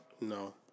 No